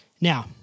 Now